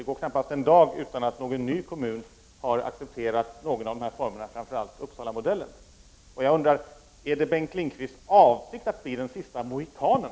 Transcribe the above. Det går knappast en dag utan att någon ny kommun har accepterat någon av de här formerna, framförallt Uppsalamodellen. Jag undrar: Är det Bengt Lindqvists avsikt att bli den siste mohikanen?